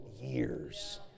years